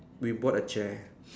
we bought a chair